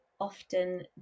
often